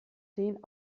den